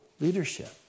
leadership